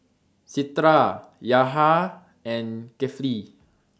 Citra Yahya and Kefli